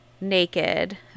naked